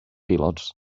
pilots